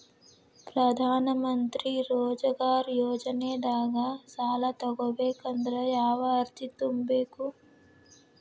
ಪ್ರಧಾನಮಂತ್ರಿ ರೋಜಗಾರ್ ಯೋಜನೆದಾಗ ಸಾಲ ತೊಗೋಬೇಕಂದ್ರ ಯಾವ ಅರ್ಜಿ ತುಂಬೇಕು?